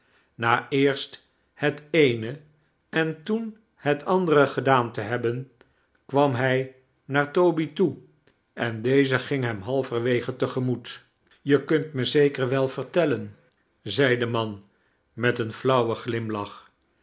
na eerst het eene en toen het andere gedaan te hebben kwam hij naar toby toe en deze ging hem halverwege te gemoet je kunt me zeker wel vertellen zei de man met een flauwen glimlach